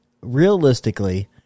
realistically